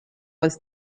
was